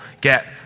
get